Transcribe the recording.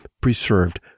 preserved